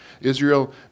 Israel